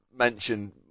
mention